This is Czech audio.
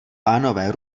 pánové